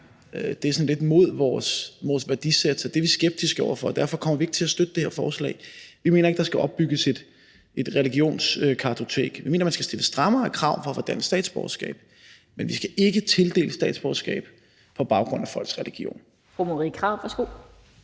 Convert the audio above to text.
Det er sådan lidt imod vores værdisæt, så det er vi skeptiske over for, og derfor kommer vi ikke til at støtte det her forslag. Vi mener ikke, der skal opbygges et religionskartotek. Vi mener, at man skal stille strammere krav til at få dansk statsborgerskab, men vi skal ikke tildele statsborgerskab på baggrund af folks religion.